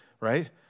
Right